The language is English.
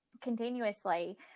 continuously